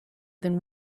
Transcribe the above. than